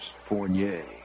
Fournier